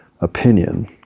opinion